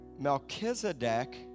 Melchizedek